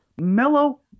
Mellow